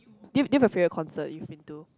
give give a favourite concert you've been to